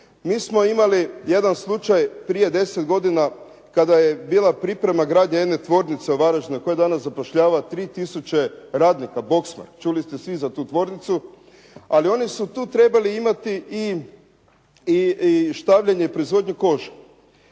Mi smo imali jedan slučaj prije 10 godina kad je bila priprema gradnje jedne tvornice u Varaždinu koja danas zapošljava 3 tisuće radnika ... Čuli ste svi za tu tvornicu. Ali oni su tu trebali imati i štavljenje i proizvodnju kože.